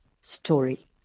story